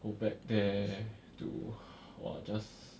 you back there to !wah! just